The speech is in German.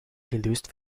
gelöst